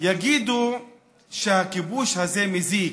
יגידו שהכיבוש הזה מזיק